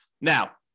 now